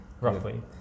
roughly